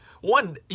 one